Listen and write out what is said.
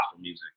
music